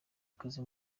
akazi